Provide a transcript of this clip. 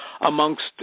amongst